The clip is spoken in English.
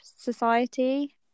society